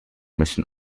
müssen